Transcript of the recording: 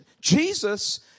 Jesus